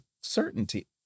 certainty